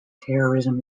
terrorism